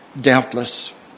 Doubtless